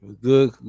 good